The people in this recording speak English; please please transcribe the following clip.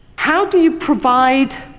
how do you provide